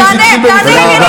תענה.